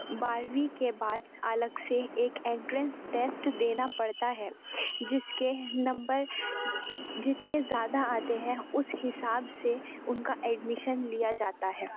بارویں کے بعد الگ سے ایک اینٹرینس ٹیسٹ دینا پڑتا ہے جس کے نمبر جتنے زیادہ آتے ہیں اس حساب سے ان کا ایڈمشن لیا جاتا ہے